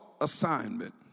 assignment